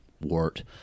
wart